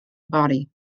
body